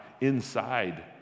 inside